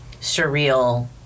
surreal